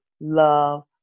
love